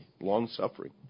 long-suffering